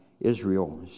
Israel